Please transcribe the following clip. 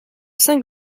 saint